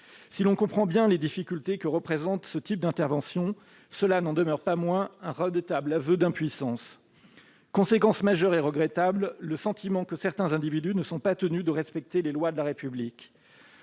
Si l'on comprend bien les difficultés inhérentes à ce type d'interventions, une telle consigne n'en demeure pas moins un redoutable aveu d'impuissance. Conséquence majeure et regrettable : le sentiment que certains individus ne sont pas tenus de respecter les lois de la République.